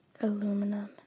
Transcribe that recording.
Aluminum